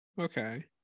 Okay